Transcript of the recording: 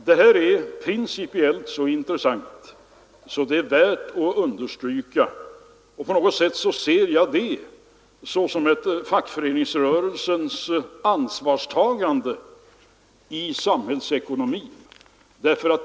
Detta uttalande är principiellt så intressant att det är värt att understryka. På något sätt ser jag det såsom ett fackföreningsrörelsens ansvarstagande för samhällsekonomin.